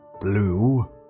blue